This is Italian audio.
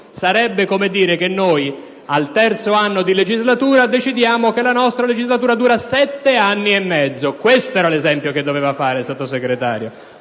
sarebbe come dire che noi, al terzo anno di legislatura, decidiamo che la nostra legislatura dura sette anni e mezzo. Questo era l'esempio che doveva fare il Sottosegretario!